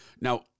Now –